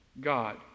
God